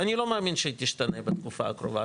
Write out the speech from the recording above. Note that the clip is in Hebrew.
ואני לא מאמין שהיא תשתנה בתקופה הקרובה,